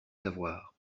savoir